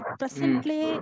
presently